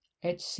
hc